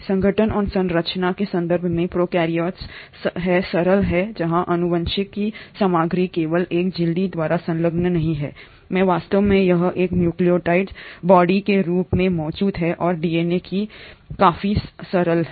संगठन और संरचना के संदर्भ में प्रोकैरियोट्स हैं सरल जहां आनुवंशिक सामग्री केवल एक झिल्ली द्वारा संलग्न नहीं है में वास्तव में यह एक न्यूक्लियॉइड बॉडी के रूप में मौजूद है और डीएनए काफी सरल है